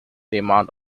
demand